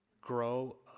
grow